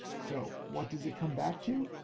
so what does it come back to?